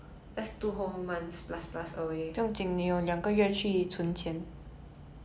两个月两个月去查我需要什么